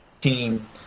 Team